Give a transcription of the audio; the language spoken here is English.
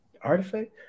artifact